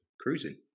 cruising